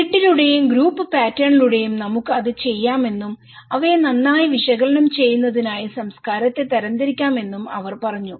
ഗ്രിഡിലൂടെയും group പാറ്റേണിലൂടെയും നമുക്ക് അത് ചെയ്യാമെന്നും അവയെ നന്നായി വിശകലനം ചെയ്യുന്നതിനായി സംസ്കാരത്തെ തരംതിരിക്കാം എന്നും അവർ പറഞ്ഞു